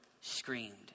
screamed